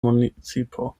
municipo